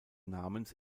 namens